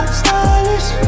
stylish